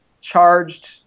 charged